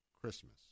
Christmas